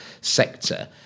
sector